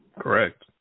Correct